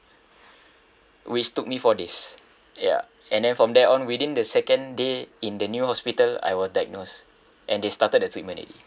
which took me four days ya and then from there on within the second day in the new hospital I was diagnosed and they started the treatment already